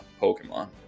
Pokemon